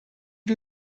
gli